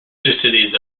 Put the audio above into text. cities